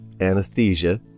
anesthesia